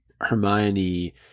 Hermione